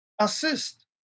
assist